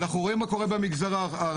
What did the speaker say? אנחנו רואים מה קורה במגזר הערבי.